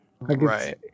Right